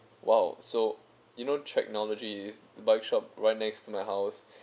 !wow! so you know treknology is bike shop right next to my house